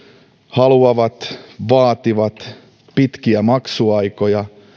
haluavat ja vaativat pitkiä maksuaikoja